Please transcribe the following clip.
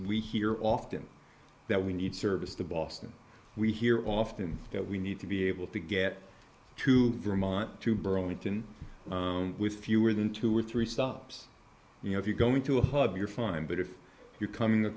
we hear often that we need service to boston we hear often that we need to be able to get to vermont to burlington with fewer than two or three stops you know if you go into a hub you're fine but if you come in the